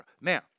Now